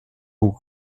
bug